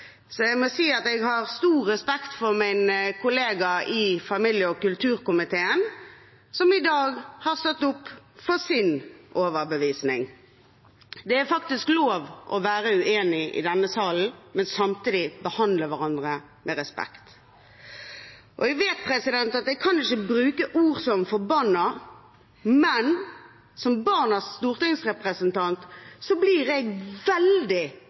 så jeg må si at jeg har stor respekt for min kollega i familie- og kulturkomiteen som i dag har stått opp for sin overbevisning. Det er faktisk lov å være uenig i denne salen, men samtidig behandle hverandre med respekt. Jeg vet at jeg ikke kan bruke ord som «forbanna», men som Barnas stortingsrepresentant blir jeg veldig